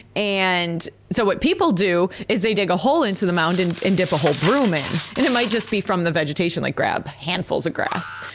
and so what people do is they did a hole into the mound, and dip a whole broom in. and it might just be from the vegetation, like grab handfuls of grass,